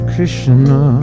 Krishna